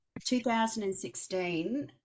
2016